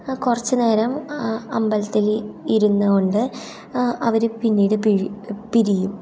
കുറച്ച് നേരം ആ അമ്പലത്തിൽ ഇരുന്നതു കൊണ്ട് അവർ പിന്നീട് പിഴി പിരിയും